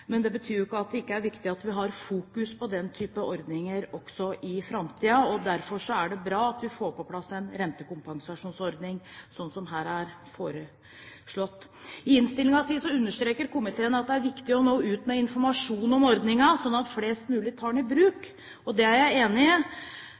ikke er viktig at vi fokuserer på slike ordninger også i framtiden. Derfor er det bra at vi får på plass rentekompensasjonsordningen som det her er foreslått. I innstillingen understreker komiteen at det er viktig å nå ut med informasjon om ordningen, slik at flest mulig tar den i bruk.